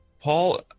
Paul